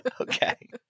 Okay